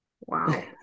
Wow